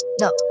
No